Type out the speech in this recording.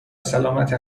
سلامت